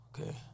Okay